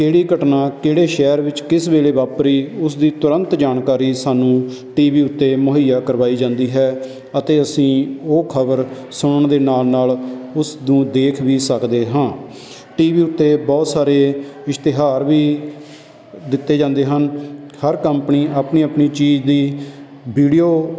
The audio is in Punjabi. ਕਿਹੜੀ ਘਟਨਾ ਕਿਹੜੇ ਸ਼ਹਿਰ ਵਿੱਚ ਕਿਸ ਵੇਲੇ ਵਾਪਰੀ ਉਸਦੀ ਤੁਰੰਤ ਜਾਣਕਾਰੀ ਸਾਨੂੰ ਟੀ ਵੀ ਉੱਤੇ ਮੁਹੱਈਆ ਕਰਵਾਈ ਜਾਂਦੀ ਹੈ ਅਤੇ ਅਸੀਂ ਉਹ ਖਬਰ ਸੁਣਨ ਦੇ ਨਾਲ ਨਾਲ ਉਸ ਨੂੰ ਦੇਖ ਵੀ ਸਕਦੇ ਹਾਂ ਟੀ ਵੀ ਉੱਤੇ ਬਹੁਤ ਸਾਰੇ ਇਸ਼ਤਿਹਾਰ ਵੀ ਦਿੱਤੇ ਜਾਂਦੇ ਹਨ ਹਰ ਕੰਪਨੀ ਆਪਣੀ ਆਪਣੀ ਚੀਜ਼ ਦੀ ਵੀਡੀਓ